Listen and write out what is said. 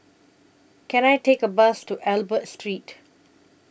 Can I Take A Bus to Albert Street